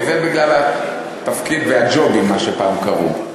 זה בגלל התפקיד והג'ובים, מה שפעם קראו.